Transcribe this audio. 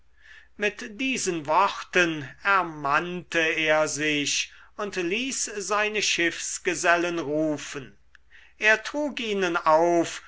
mit diesen worten ermannte er sich und ließ seine schiffsgesellen rufen er trug ihnen auf